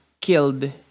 killed